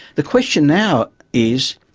the question now is,